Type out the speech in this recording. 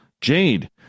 Jade